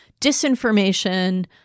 disinformation